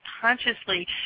consciously